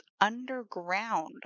underground